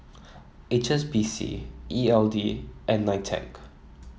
H S B C E L D and Nitec